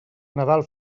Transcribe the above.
nadal